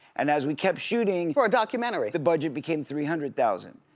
and as we kept shooting for a documentary? the budget became three hundred thousand.